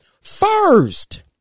first